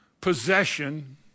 possession